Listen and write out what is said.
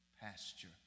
pasture